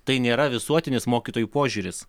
tai nėra visuotinis mokytojų požiūris